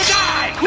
die